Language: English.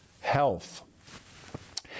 health